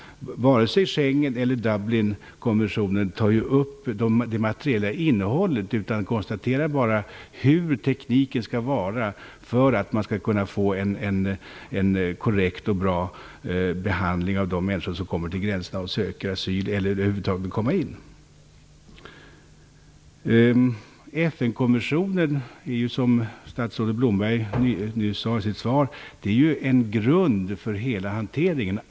Vare sig Schengenavtalet eller Dublinkonventionen tar upp det materiella innehållet. De talar bara om hur tekniken skall vara för att man skall få en korrekt och bra behandling av de människor som kommer till gränsen och söker asyl, eller över huvud taget vill komma in. FN-konventionen ger, som statsrådet Blomberg nyss sade i sitt svar, en grund för hela hanteringen.